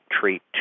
treat